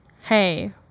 hey